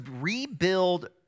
rebuild